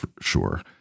sure